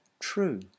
true